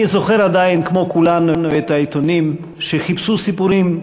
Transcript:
אני זוכר עדיין כמו כולנו את העיתונים שחיפשו סיפורים,